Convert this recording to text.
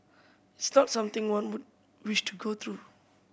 it's not something one would wish to go through